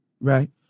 right